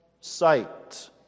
sight